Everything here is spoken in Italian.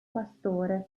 pastore